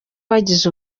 bagize